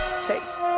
Taste